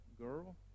girl